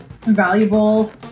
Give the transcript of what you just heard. valuable